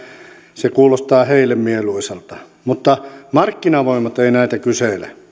se kuulostaa heille mieluisalta mutta markkinavoimat eivät näitä kysele